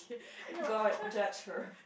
god judge her